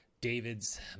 David's